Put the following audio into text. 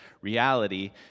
reality